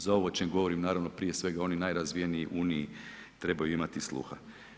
Za ovo o čem govorim, naravno prije svega oni najrazvijeniji u Uniji trebaju imati sluha.